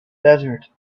desert